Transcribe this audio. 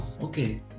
okay